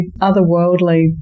otherworldly